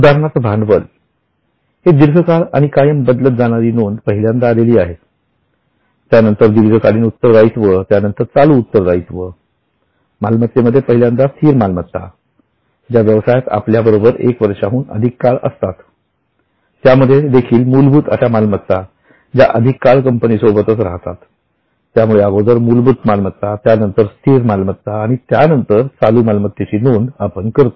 उदाहरणार्थ भांडवल हे दीर्घकाळ आणि कायम बदलत जाणारी नोंद पहिल्यांदा आलेली आहे त्यानंतर दीर्घकालीन उत्तरदायित्व त्यानंतर चालू उत्तरदायित्व मालमत्तेमध्ये पहिल्यांदा स्थिर मालमत्ता ज्या व्यवसायात आपल्याबरोबर एक वर्षाहून अधिक काळ असतात त्यामध्ये देखील मूलभूत अश्या मालमत्ता ज्या अधिक काळ कंपनीसोबत राहतात त्यामुळे अगोदर मूलभूत मालमत्ता त्यानंतर स्थिर मालमत्ता आणि त्यानंतर आपण चालू मालमत्तेची नोंद करतो